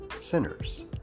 sinners